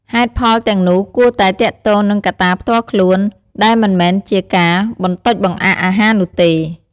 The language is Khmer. ហេតុផលទាំងនោះគួរតែទាក់ទងនឹងកត្តាផ្ទាល់ខ្លួន ដែលមិនមែនជាការបន្ទច់បង្អាក់អាហារនោះទេ។